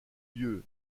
lieu